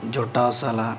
ᱡᱚᱴᱟᱣ ᱥᱟᱞᱟᱜ